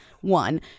One